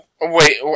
Wait